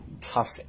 tough